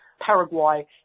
Paraguay